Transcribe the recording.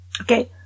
Okay